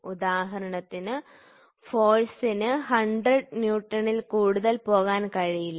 ഉദാഹരണത്തിന് ഫോഴ്സിന് 100 ന്യൂട്ടനിൽ കൂടുതൽ പോകാൻ കഴിയില്ല